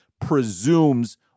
presumes